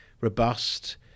robust